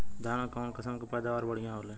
धान क कऊन कसमक पैदावार बढ़िया होले?